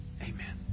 Amen